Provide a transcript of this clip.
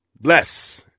bless